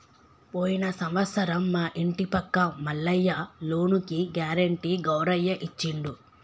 పోయిన సంవత్సరం మా ఇంటి పక్క మల్లయ్య లోనుకి గ్యారెంటీ గౌరయ్య ఇచ్చిండు